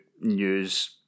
news